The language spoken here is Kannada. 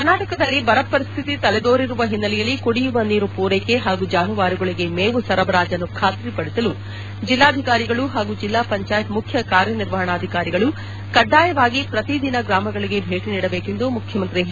ಕರ್ನಾಟಕದಲ್ಲಿ ಬರ ಪರಿಸ್ತಿತಿ ತಲೆದೋರಿರುವ ಹಿನ್ನೆಲೆಯಲ್ಲಿ ಕುಡಿಯುವ ನೀರು ಪೂರೈಕೆ ಹಾಗೂ ಜಾನುವಾರುಗಳಿಗೆ ಮೇವು ಸರಬರಾಜನ್ನು ಖಾತ್ರಿಪಡಿಸಲು ಜಿಲ್ಡಾಧಿಕಾರಿಗಳು ಹಾಗೂ ಜಿಲ್ಡಾ ಪಂಚಾಯತ್ ಮುಖ್ಯ ಕಾರ್ಯನಿರ್ವಹಣಾಧಿಕಾರಿಗಳು ಕಡ್ಡಾಯವಾಗಿ ಪ್ರತಿ ದಿನ ಗ್ರಾಮಗಳಿಗೆ ಭೇಟಿ ನೀಡಬೇಕೆಂದು ಮುಖ್ಯಮಂತ್ರಿ ಎಚ್